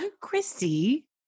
Christy